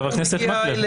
חה"כ מקלב,